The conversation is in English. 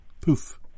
poof